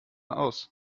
aus